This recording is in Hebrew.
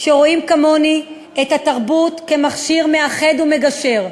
שרואים כמוני את התרבות כמכשיר מאחד ומגשר.